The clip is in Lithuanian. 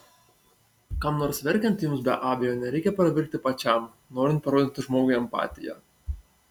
kam nors verkiant jums be abejo nereikia pravirkti pačiam norint parodyti žmogui empatiją